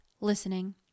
listening